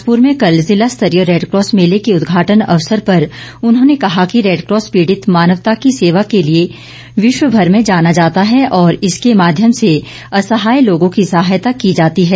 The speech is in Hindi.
बिलासपुर में कल ज़िला स्तरीय रैडक्रॉस मेले के उद्घाटन अवसर पर उन्होंने कहा कि रैडक्रॉस पीड़ित मानवता की सेवा के लिए विश्वभर में जाना जाता है और इसके माध्यम से असहाय लोगों की सहायता की जाती है